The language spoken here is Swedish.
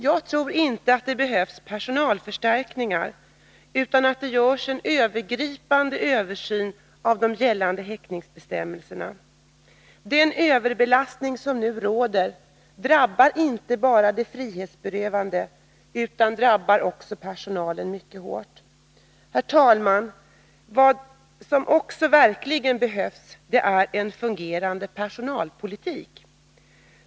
Jag tror inte att det behövs personalförstärkningar, utan att det behövs en övergripande översyn av gällande häktningsbestämmelser. Den överbelastning som nu råder drabbar inte bara de frihetsberövade — den drabbar också personalen mycket hårt. Herr talman! Vad som verkligen behövs är också en fungerande personalpolitik.